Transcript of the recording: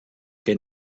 que